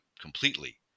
completely